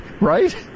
Right